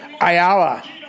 Ayala